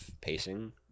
pacing